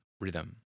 rhythm